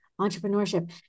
entrepreneurship